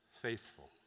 faithful